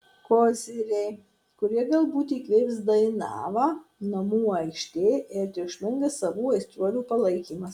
koziriai kurie galbūt įkvėps dainavą namų aikštė ir triukšmingas savų aistruolių palaikymas